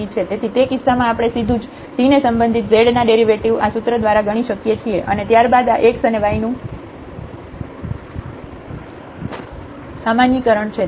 તેથી તે કિસ્સામાં આપણે સીધુજ t ને સંબંધિત z ના ડેરિવેટિવ આ સૂત્ર દ્વારા ગણી શકીએ છીએ અને ત્યાર બાદ આ x અને y નું સામાન્યીકરણ છે